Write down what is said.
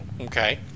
Okay